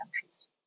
countries